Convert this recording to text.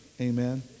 amen